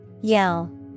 Yell